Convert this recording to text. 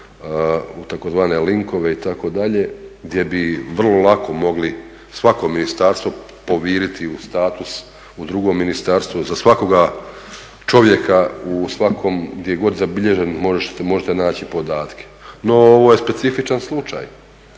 u tzv. linkove itd. gdje bi vrlo lako mogli svako ministarstvo poviriti u status u drugo ministarstvo, za svakoga čovjeka u svakom gdje je god zabilježen može se možda naći podatke. No ovo je specifičan slučaj